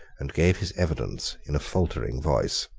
and gave his evidence in a faltering voice.